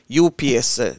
UPS